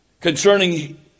Concerning